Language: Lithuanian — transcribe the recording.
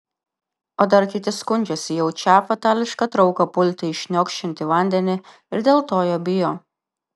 o dar kiti skundžiasi jaučią fatališką trauką pulti į šniokščiantį vandenį ir dėl to jo bijo